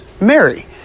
Mary